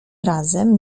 razem